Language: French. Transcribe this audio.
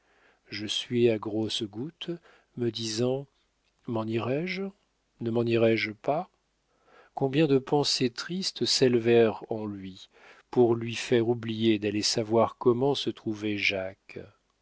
je suais à grosses gouttes me disant m'en irai-je ne m'en irai-je pas combien de pensées tristes s'élevèrent en lui pour lui faire oublier d'aller savoir comment se trouvait jacques